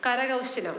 കരകൗശലം